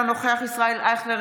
אינו נוכח ישראל אייכלר,